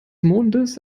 mondes